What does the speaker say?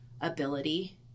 ability